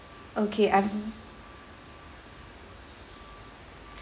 okay I'm